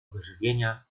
wyżywienia